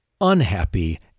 unhappy